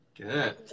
Good